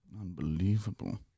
Unbelievable